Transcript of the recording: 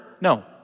No